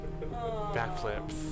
Backflips